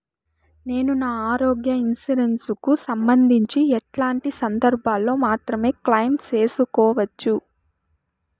నేను నా ఆరోగ్య ఇన్సూరెన్సు కు సంబంధించి ఎట్లాంటి సందర్భాల్లో మాత్రమే క్లెయిమ్ సేసుకోవాలి?